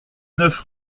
neuf